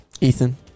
Ethan